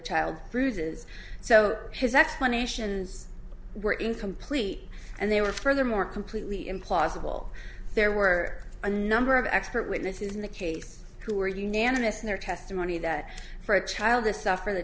child bruises so his explanations were incomplete and they were furthermore completely implausible there were a number of expert witnesses in the case who were unanimous in their testimony that for a child the suffer the